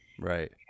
right